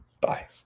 Bye